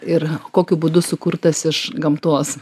ir kokiu būdu sukurtas iš gamtos